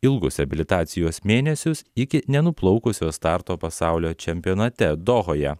ilgus reabilitacijos mėnesius iki nenuplaukusio starto pasaulio čempionate dohoje